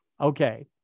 Okay